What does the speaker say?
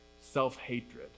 self-hatred